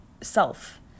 self